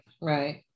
right